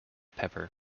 pepper